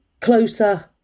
closer